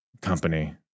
company